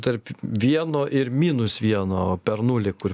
tarp vieno ir minus vieno per nulį kur